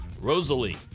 Rosalie